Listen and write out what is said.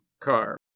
car